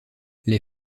les